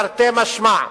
תרתי משמע,